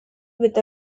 with